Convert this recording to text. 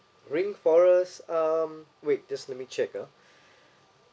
rainforest um wait just let me check ah